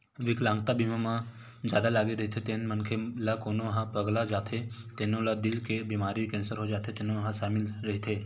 बिकलांगता बीमा म जादा लागे रहिथे तेन मनखे ला कोनो ह पगला जाथे तेनो ला दिल के बेमारी, केंसर हो जाथे तेनो ह सामिल रहिथे